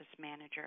manager